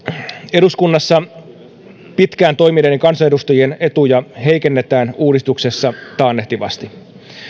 eduskunnassa pitkään toimineiden kansanedustajien etuja heikennetään uudistuksessa taannehtivasti